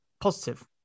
Positive